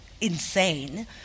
insane